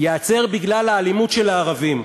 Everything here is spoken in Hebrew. ייעצר בגלל האלימות של הערבים.